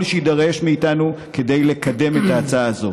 שיידרש מאיתנו כדי לקדם את ההצעה הזאת.